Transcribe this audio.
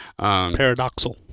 paradoxal